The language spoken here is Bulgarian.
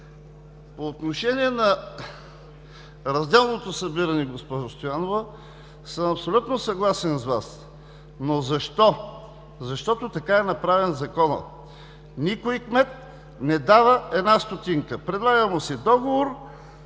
По отношение на разделното събиране, госпожо Стоянова, съм абсолютно съгласен с Вас, но защо – защото така е направен Законът. Никой кмет не дава една стотинка. Предлага му се договор,